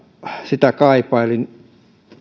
sitä kaipailin